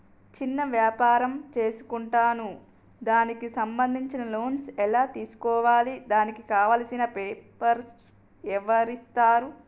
చిన్న వ్యాపారం చేసుకుంటాను దానికి సంబంధించిన లోన్స్ ఎలా తెలుసుకోవాలి దానికి కావాల్సిన పేపర్లు ఎవరిస్తారు?